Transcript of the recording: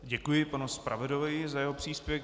Děkuji panu zpravodajovi za jeho příspěvek.